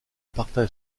partage